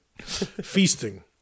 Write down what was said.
Feasting